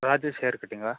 Raju's hair ಕಟಿಂಗಾ